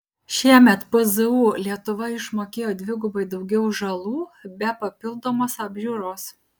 šiemet pzu lietuva išmokėjo dvigubai daugiau žalų be papildomos apžiūros